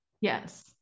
Yes